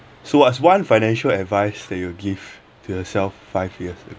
so what's one financial advice that you would give to yourself five years ago